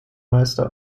meister